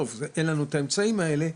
אין לנו את האמצעים האלה,